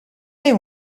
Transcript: they